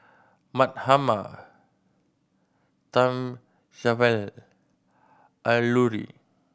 Mahatma Alluri